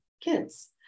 kids